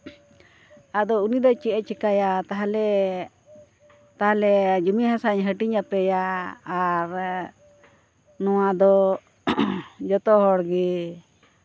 ᱟᱫᱚ ᱩᱱᱤ ᱫᱚ ᱪᱮᱫ ᱮᱭ ᱪᱮᱠᱟᱭᱟ ᱛᱟᱦᱞᱮ ᱛᱟᱦᱞᱮ ᱡᱚᱢᱤ ᱦᱟᱥᱟᱧ ᱦᱟᱹᱴᱤᱧᱟᱯᱮᱭᱟ ᱟᱨ ᱱᱚᱣᱟ ᱫᱚ ᱡᱚᱛᱚ ᱦᱚᱲ ᱜᱮ